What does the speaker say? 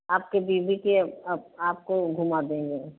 आपकी बीवी के आपको घुमा देंगे